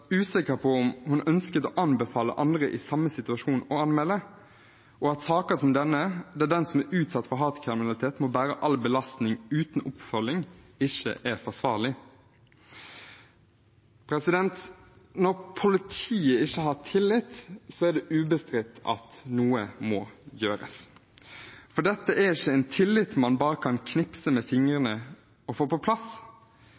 usikker på om hun ønsker å anbefale andre i samme situasjon å anmelde, og at saker som denne, der den som er utsatt for hatkriminalitet, må bære all belastning uten oppfølging, ikke er forsvarlig. Når politiet ikke har tillit, er det ubestridt at noe må gjøres, for dette er ikke en tillit man bare kan knipse med